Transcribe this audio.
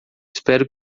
espero